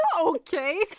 okay